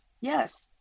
yes